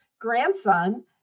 grandson